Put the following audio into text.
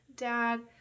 dad